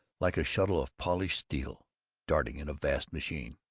like a shuttle of polished steel darting in a vast machine.